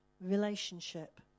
relationship